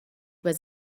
was